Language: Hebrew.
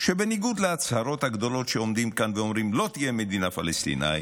שבניגוד להצהרות הגדולות שעומדים כאן ואומרים: לא תהיה מדינה פלסטינית,